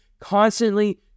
constantly